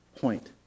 point